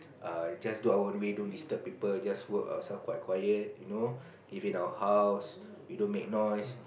err just do our own way don't disturb people just work ourselves quiet you know live in our house we don't make noise